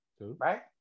Right